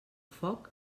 foc